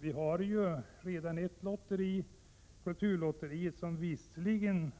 Vi har ju redan Kulturlotteriet, som visserligen